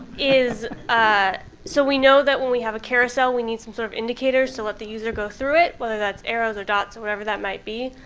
ah so we know that when we have a carousel, we need some sort of indicator to let the user go through it, whether that's arrows or dots or whatever that may be.